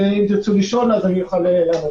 ואם תרצו לשאול אוכל לענות.